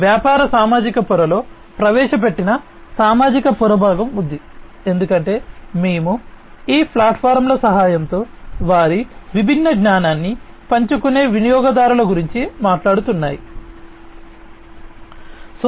వ్యాపార సామాజిక పొరలో ప్రవేశపెట్టిన సామాజిక పొర భాగం ఉంది ఎందుకంటే మేము ఈ ప్లాట్ఫారమ్ల సహాయంతో వారి విభిన్న జ్ఞానాన్ని పంచుకునే వినియోగదారుల గురించి మాట్లాడుతున్నాము